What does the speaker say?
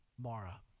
Mara